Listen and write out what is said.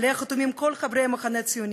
שעליה חתומים כל חברי המחנה הציוני,